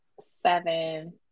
seven